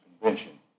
Convention